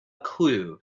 clue